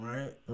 Right